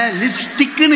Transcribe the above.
lipstick